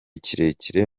kirekire